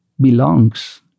belongs